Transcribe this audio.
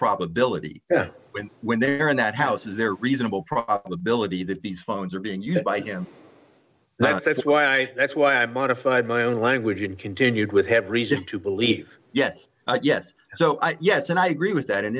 probability when they're in that house is there reasonable probability that these phones are being used by him that's why i that's why i modified my own language and continued with have reason to believe yes yes so yes and i agree with that and